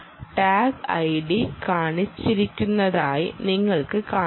tag ID കാണിച്ചിരിക്കുന്നതായി നിങ്ങൾക്ക് കാണാം